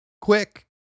quick